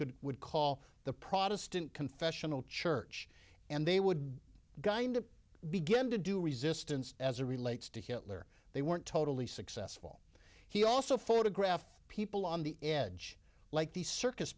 could would call the protestant confessional church and they would grind began to do resistance as a relates to hitler they weren't totally successful he also photograph people on the edge like the circus